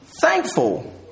thankful